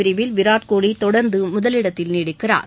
பிரிவில் விராத்கோலி தொடர்ந்து முதலிடத்தில் நீடிக்கிறார்